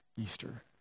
Easter